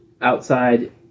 outside